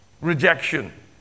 Rejection